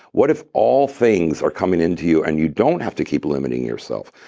what if all things are coming into you, and you don't have to keep limiting yourself?